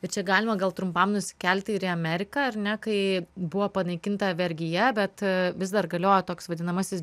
ir čia galima gal trumpam nusikelti ir į ameriką ar ne kai buvo panaikinta vergija bet vis dar galiojo toks vadinamasis